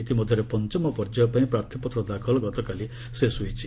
ଇତିମଧ୍ୟରେ ପଞ୍ଚମ ପର୍ଯ୍ୟାୟ ପାଇଁ ପାର୍ଥୀପତ୍ର ଦାଖଲ ଗତକାଲି ଶେଷ ହୋଇଛି